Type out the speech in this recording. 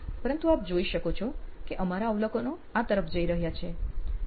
પરંતુ આપ જોઈ શકો છો કે અમારા અવલોકનો આ તરફ જઈ રહ્યા છે